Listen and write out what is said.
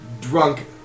drunk